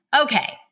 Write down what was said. Okay